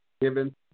given